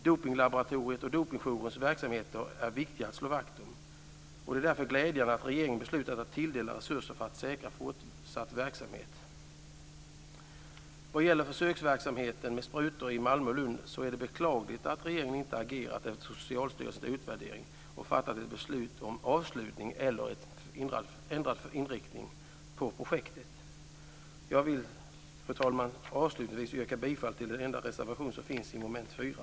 Dopningslaboratoriet och dopningsjourernas verksamheter är viktiga att slå vakt om. Det är därför glädjande att regeringen beslutat att tilldela resurser för att säkra fortsatt verksamhet. Malmö och Lund är det beklagligt att regeringen inte har agerat efter Socialstyrelsens utvärdering och fattat ett beslut om avslutning eller ändrad inriktning av projektet. Fru talman! Avslutningsvis yrkar jag bifall till den enda reservation som finns under mom. 4.